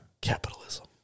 Capitalism